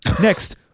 next